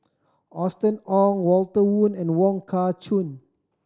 Austen Ong Walter Woon and Wong Kah Chun